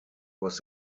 was